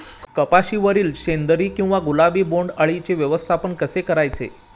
कपाशिवरील शेंदरी किंवा गुलाबी बोंडअळीचे व्यवस्थापन कसे करायचे?